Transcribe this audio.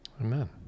Amen